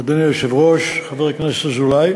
אדוני היושב-ראש, חבר הכנסת אזולאי,